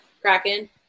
Kraken